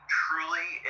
truly